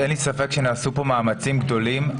אין לי ספק שנעשו פה מאמצים גדולים.